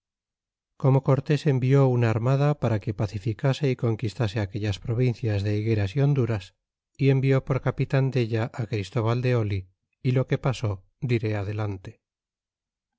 como cortés envió una armada para que pacificase y conquistase aquellas provincias de higueras y honduras y envió por capitan della christóbal de oli y lo que pasó diré adelante